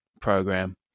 program